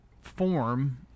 form